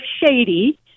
shady